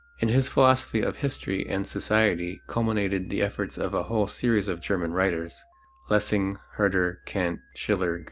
in his philosophy of history and society culminated the efforts of a whole series of german writers lessing, herder, kant, schiller,